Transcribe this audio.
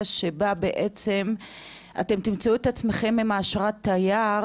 שבה בעצם אתם תמצאו את עצמכם עם אשרת התייר,